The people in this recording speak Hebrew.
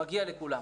מגיע לכולם.